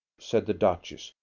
said the duchess.